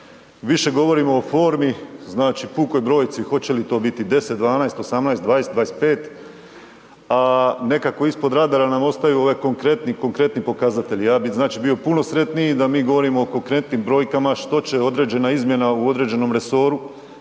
više govorimo o formi znači pukoj brojci hoće li to biti 10, 12, 18, 20, 25, a nekako ispod radara nam ostaju ovi konkretni, konkretni pokazatelji. Ja bi znači bio puno sretniji da mi govorimo o konkretnim brojkama što će određena izmjena u određenom resoru